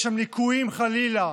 ויש שם ליקויים, חלילה,